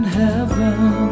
heaven